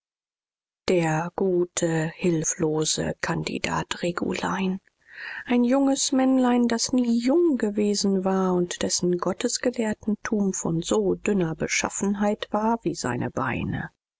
der gute hilflose kandidat regulein ein junges männlein das nie jung gewesen war und dessen gottesgelehrtentum von so dünner beschaffenheit war wie seine beine